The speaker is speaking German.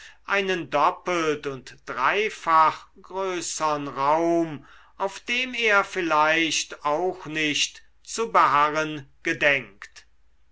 einen doppelt und dreifach größern raum auf dem er vielleicht auch nicht zu beharren gedenkt